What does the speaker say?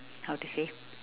how to say